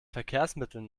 verkehrsmitteln